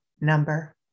number